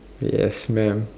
yes mam